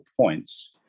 points